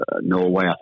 Norway